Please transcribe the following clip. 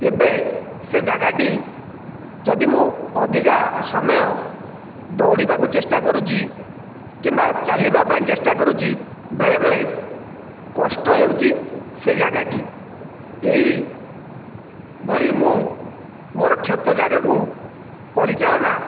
ଏବେ ସେ ଯାଗାଟି ଯଦି ମୁଁ ଅଧିକା ସମୟ ଦୌଡ଼ିବାକୁ ଚେଷ୍ଟା କରୁଛି କିମ୍ବା ଚାଲିବା ପାଇଁ ଚେଷ୍ଟା କରୁଛି ବେଳେବେଳେ କଷ୍ଟ ହେଉଛି ସେ ଯାଗାଟି ଏହିଭଳି ମୁଁ ମୋ କ୍ଷତ ଯାଗାକୁ ପରିଚାଳନା